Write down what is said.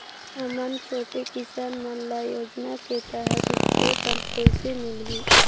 हमन छोटे किसान मन ल योजना के तहत स्प्रे पम्प कइसे मिलही?